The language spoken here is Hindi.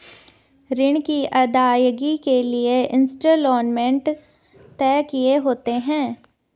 ऋण की अदायगी के लिए इंस्टॉलमेंट तय किए होते हैं